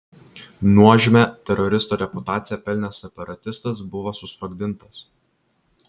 nuožmią teroristo reputaciją pelnęs separatistas buvo susprogdintas